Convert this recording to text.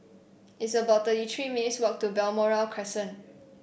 it's about thirty three minutes' walk to Balmoral Crescent